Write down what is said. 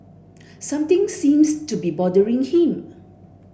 something seems to be bothering him